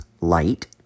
light